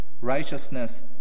righteousness